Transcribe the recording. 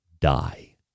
die